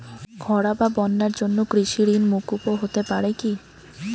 খরা বা বন্যার জন্য কৃষিঋণ মূকুপ হতে পারে কি?